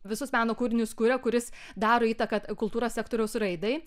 visus meno kūrinius kuria kuris daro įtaką kultūros sektoriaus raidai